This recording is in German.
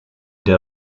der